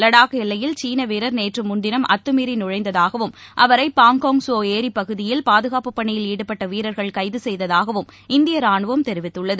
லடாக் எல்லையில் சீனவீரர் நேற்றுமுன்தினம் அத்தமீறிநுழைந்ததாகவும் அவரைபாங்கோங் சோளிப்பகுதியில் பாதுகாப்பு பணியில் ஈடுபட்டவீரர்கள் கைதுசெய்ததாகவும் இந்தியரானுவம் தெரிவித்துள்ளது